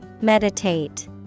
meditate